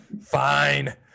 Fine